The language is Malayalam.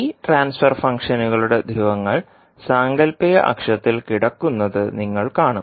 ഈ ട്രാൻസ്ഫർ ഫംഗ്ഷനുകളുടെ ധ്രുവങ്ങൾ സാങ്കൽപ്പിക അക്ഷത്തിൽ കിടക്കുന്നത് നിങ്ങൾ കാണും